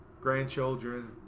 grandchildren